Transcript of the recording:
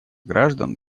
граждан